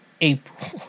April